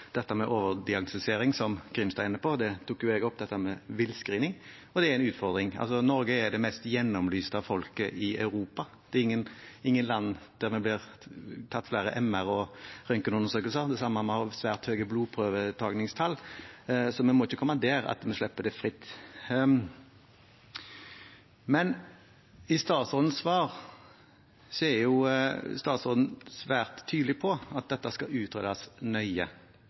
dette med overdiagnostisering, som representanten Grimstad var inne på, tok jeg opp villscreening, og det er en utfordring. Nordmenn er det mest gjennomlyste folket i Europa. Det er ingen land der det tas flere MR- og røntgenundersøkelser. Vi har også svært store blodprøvetakingstall. Vi må ikke komme dit at vi slipper dette helt fritt. I svaret sitt er statsråden svært tydelig på at dette skal utredes nøye,